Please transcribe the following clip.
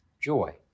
joy